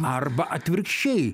arba atvirkščiai